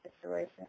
situation